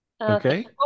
Okay